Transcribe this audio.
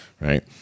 right